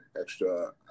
extra